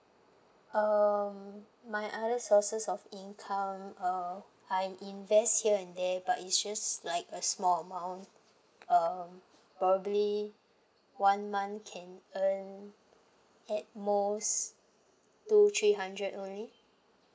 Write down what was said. um my other sources of income uh I invest here and there but it's just like a small amount um probably one month can earn at most two three hundred only